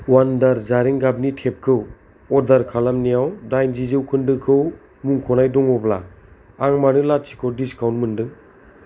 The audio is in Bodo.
वान्डार जारें गाबनि टेपखौ अर्डार खालामनायाव दाइनजि जौखोन्दोखौ मुंख'नाय दङब्ला आं मानो लाथिख' डिसकाउन्ट मोनदों